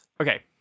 Okay